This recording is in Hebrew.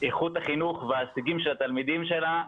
איכות החינוך וההישגים של התלמידים שלה.